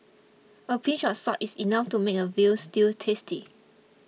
a pinch of salt is enough to make a Veal Stew tasty